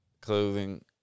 clothing